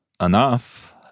enough